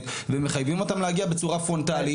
ומחייבים אותם להגיע בצורה פרונטלית,